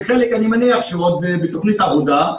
וחלק אני מניח שהוא עוד בתוכנית העבודה.